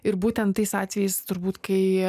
ir būtent tais atvejais turbūt kai